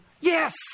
Yes